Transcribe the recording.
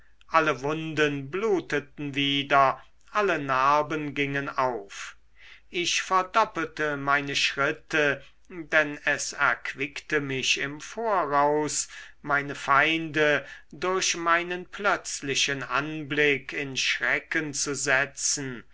alle wunden bluteten wieder alle narben gingen auf ich verdoppelte meine schritte denn es erquickte mich im voraus meine feinde durch meinen plötzlichen anblick in schrecken zu setzen